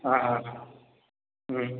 ஆ ஆ ஆ ம்